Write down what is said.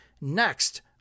next